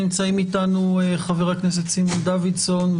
נמצאים איתנו חבר הכנסת סימון דוידסון,